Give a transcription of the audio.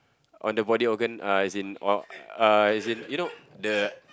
on the body organ uh as in uh uh as in you know the